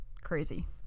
crazy